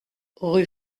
rue